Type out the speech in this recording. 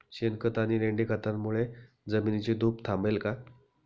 शेणखत आणि लेंडी खतांमुळे जमिनीची धूप थांबेल का?